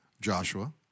Joshua